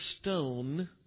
stone